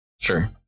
sure